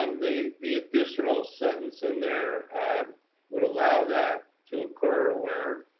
um the the additional sentence in there would allow that to occur where,